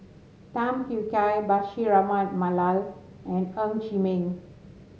Tham Yui Kai Bashir Ahmad Mallal and Ng Chee Meng